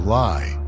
lie